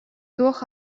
туох